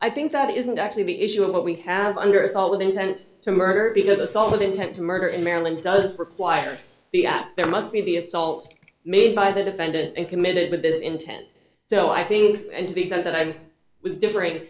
i think that isn't actually the issue of what we have under assault with intent to murder because assault with intent to murder in maryland does require that there must be the assault made by the defendant and committed with this intent so i think to the extent that i was differ